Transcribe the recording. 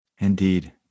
Indeed